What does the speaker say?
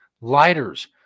lighters